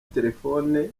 telephone